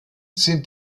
sind